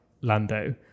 Lando